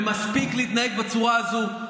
ומספיק להתנהג בצורה הזו.